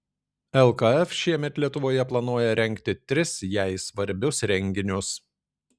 lkf šiemet lietuvoje planuoja rengti tris jai svarbius renginius